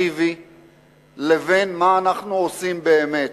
הדקלרטיבי לבין מה אנחנו עושים באמת,